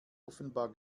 offenbar